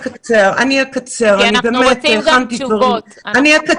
כי אנחנו רוצים גם תשובות.